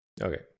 Okay